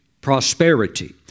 prosperity